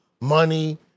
money